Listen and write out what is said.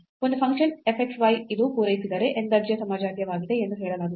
ಒಂದು function f x y ಇದು ಪೂರೈಸಿದರೆ n ದರ್ಜೆಯ ಸಮಜಾತೀಯವಾಗಿದೆ ಎಂದು ಹೇಳಲಾಗುತ್ತದೆ